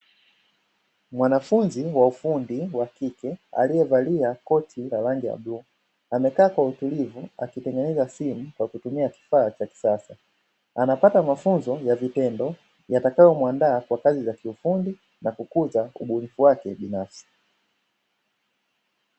Mwanafunzi wa ufundi wakike alyevalia koti la rangi ya bluu amekaa kwa utulivu akitengeneza simu kwa kutumia kifaa cha kisasa, anapata mafunzo ya vitendo yatakayo mwandaa kwa kazi za kiufundi na kukuza ubunifu wake binafsi.